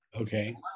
Okay